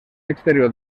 exterior